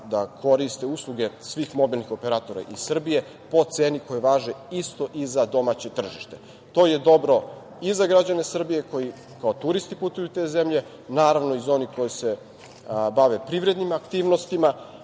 da koriste usluge svih mobilnih operatora iz Srbije po ceni koje važe isto i za domaće tržište. To je dobro i za građane Srbije koji kao turisti putuju u te zemlje, naravno i za one koji se bave privrednim aktivnostima,